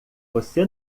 você